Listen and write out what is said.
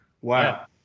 Wow